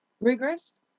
rigorous